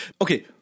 Okay